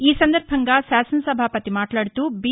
ఈ సందర్భంగా శాసనసభాపతి మాట్లాదుతూ బి